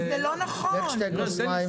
לך תשתה כוס מים.